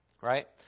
Right